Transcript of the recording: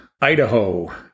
Idaho